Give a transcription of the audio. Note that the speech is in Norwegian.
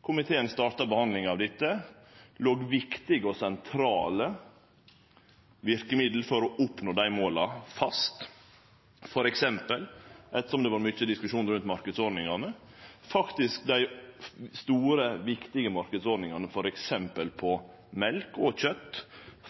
komiteen starta behandlinga av dette, låg viktige og sentrale verkemiddel for å oppnå dei måla fast. For eksempel – ettersom det var mykje diskusjon rundt marknadsordningane – ligg faktisk dei store, viktige marknadsordningane på f.eks. mjølk og kjøt